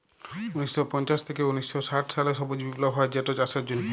উনিশ শ পঞ্চাশ থ্যাইকে উনিশ শ ষাট সালে সবুজ বিপ্লব হ্যয় যেটচাষের জ্যনহে